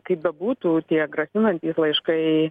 kaip bebūtų tie grasinantys laiškai